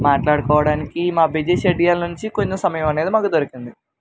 మాట్లాడుకోవడానికి మా busy schedule నుంచి కొంచెం సమయం అనేది మాకు దొరికింది